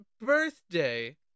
birthday